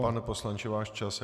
Pane poslanče, váš čas.